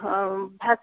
ہٮ۪ک